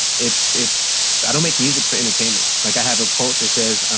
it's it's, i don't make music for entertainment. like i have a quote that says,